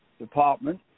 department